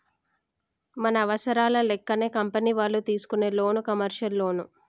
మన అవసరాల లెక్కనే కంపెనీ వాళ్ళు తీసుకునే లోను కమర్షియల్ లోన్లు